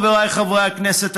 חבריי חברי הכנסת,